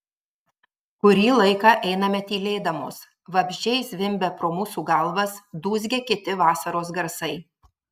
kurį laiką einame tylėdamos vabzdžiai zvimbia pro mūsų galvas dūzgia kiti vasaros garsai